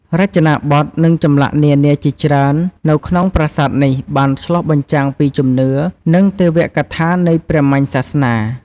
រចនាបថ និងចម្លាក់នានាជាច្រើននៅក្នុងប្រាសាទនេះបានឆ្លុះបញ្ចាំងពីជំនឿ និងទេវកថានៃព្រាហ្មណ៍សាសនា។